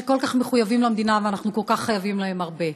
שכל כך מחויבים למדינה ואנחנו חייבים להם כל כך הרבה.